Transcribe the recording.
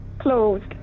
Closed